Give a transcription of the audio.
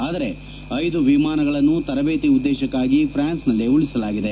ಆದರೆ ಐದು ವಿಮಾನಗಳನ್ನು ತರಬೇತಿ ಉದ್ದೇಶಕ್ಕಾಗಿ ಫ್ರಾನ್ಸ್ನಲ್ಲೇ ಉಳಿಸಲಾಗಿದೆ